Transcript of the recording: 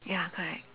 ya correct